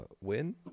win